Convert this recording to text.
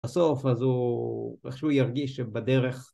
‫בסוף אז הוא איכשהו ירגיש שבדרך...